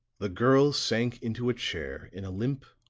the girl sank into a chair in a limp,